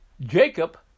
Jacob